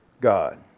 God